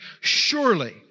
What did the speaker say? surely